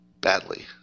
badly